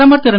பிரதமர் திரு